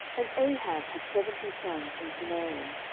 and ahab had seventy sons in samaria.